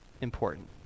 important